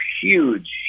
huge